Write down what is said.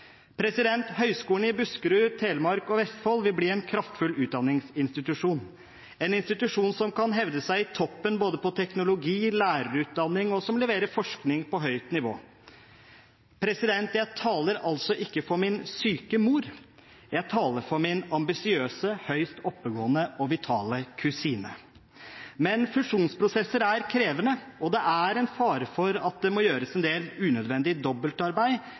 nå. Høgskolen i Buskerud, Telemark og Vestfold vil bli en kraftfull utdanningsinstitusjon, en institusjon som kan hevde seg i toppen på både teknologi- og lærerutdanning, og som leverer forskning på høyt nivå. Jeg taler altså ikke for min syke mor – jeg taler for min ambisiøse, høyst oppegående og vitale kusine. Men fusjonsprosesser er krevende, og det er en fare for at det må gjøres en del unødvendig dobbeltarbeid